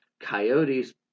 coyotes